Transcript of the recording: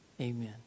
Amen